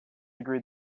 agreed